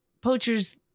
poachers